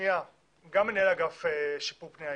גם מנהל אגף שיקום פני העיר.